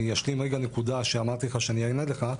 אני אשלים רגע נקודה שאמרתי לך שאני אענה לך,